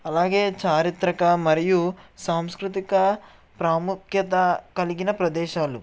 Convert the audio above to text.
అలాగే చారిత్రక మరియు సాంస్కృతిక ప్రాముఖ్యత కలిగిన ప్రదేశాలు